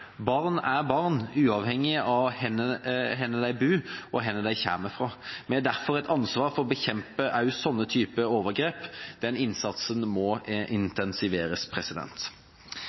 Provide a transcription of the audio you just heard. Barn er barn, uavhengig av hvor de bor, eller hvor de kommer fra. Vi har derfor et ansvar for å bekjempe også slike overgrep. Den innsatsen må intensiveres.